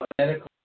medical